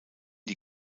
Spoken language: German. die